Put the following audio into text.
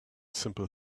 simple